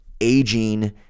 aging